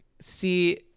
see